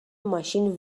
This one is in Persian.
ماشین